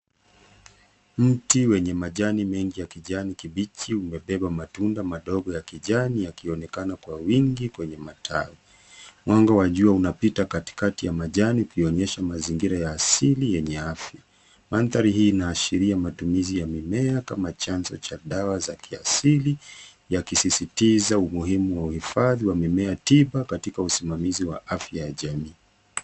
Mti wenye majani mengi ya kijani kibichi umebeba matunda madogo ya kijani yakionekana kwa wingi kwenye matawi. Mwanga wa jua unapita katikati ya majani, ukionyesha mazingira ya asili yenye afya. Mandhari hii inaashiria matumizi ya mimea kama chanzo cha dawa za kiasili, yakisisitiza umuhimu wa uhifadhi wa mimea tiba katika usimamizi wa afya ya jamii.